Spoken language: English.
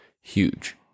huge